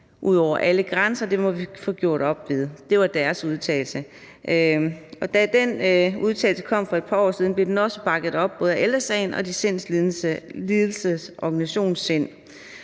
ud over alle grænser, og at det må vi få gjort op med. Det var deres udtalelse. Og da den udtalelse kom for et par år siden, blev den også bakket op af både Ældre Sagen og de sindslidendes organisation SIND.